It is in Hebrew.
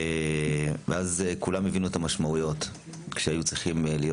ואז כולם הבינו את המשמעויות כשהיו צריכים להיות